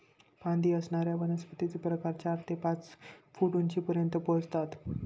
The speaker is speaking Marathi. फांदी असणाऱ्या वनस्पतींचे प्रकार चार ते पाच फूट उंचीपर्यंत पोहोचतात